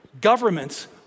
governments